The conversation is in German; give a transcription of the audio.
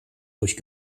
durch